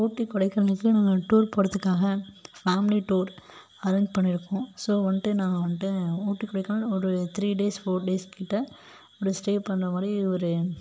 ஊட்டி கொடைக்கானல்ஸ்ல நாங்கள் டூர் போகிறதுக்காக ஃபேமிலி டூர் அரேஞ் பண்ணியிருக்கோம் ஸோ வந்துட்டு நான் வந்துட்டு ஊட்டி கொடைக்கானல் ஒரு த்ரீ டேஸ் ஃபோர் டேஸ் கிட்ட அப்டி ஸ்டே பண்ணுற மாதிரி ஒரு